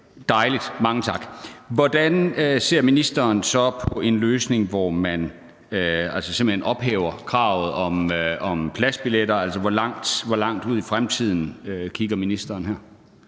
Dejligt, mange tak. Hvordan ser ministeren så på en løsning, hvor man simpelt hen ophæver kravet om pladsbilletter? Hvor langt ud i fremtiden kigger ministeren?